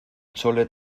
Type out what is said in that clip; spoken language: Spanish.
chole